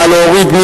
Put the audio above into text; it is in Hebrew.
נא להוריד.